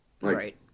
Right